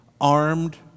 armed